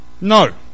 No